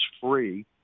free